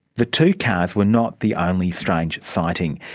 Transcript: the two cars were not the only strange sighting.